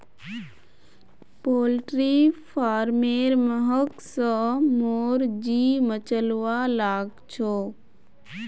poultry farmer महक स मोर जी मिचलवा लाग छ